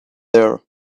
there